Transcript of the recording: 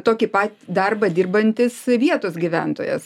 tokį pat darbą dirbantis vietos gyventojas